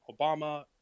Obama